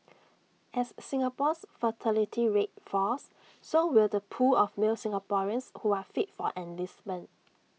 as Singapore's fertility rate falls so will the pool of male Singaporeans who are fit for enlistment